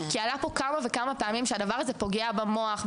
כי עלה פה כמה וכמה פעמים שהדבר הזה פוגע במוח,